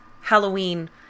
Halloween